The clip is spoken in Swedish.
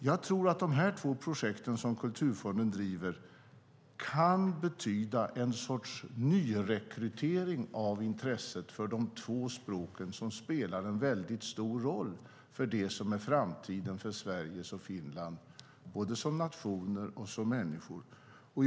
Jag tror att det två projekt som Kulturfonden driver kan betyda en sorts nyrekrytering av intresset för de två språk som spelar en stor roll för det som är framtiden för Sverige och Finland både som nationer och för de människor som bor där.